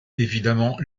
évidemment